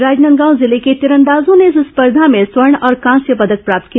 राजनांदगांव जिले के तीरंदाजों ने इस स्पर्धा में स्वर्ण और कांस्य पदक प्राप्त किया